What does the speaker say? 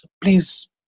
please